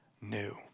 new